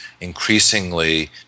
increasingly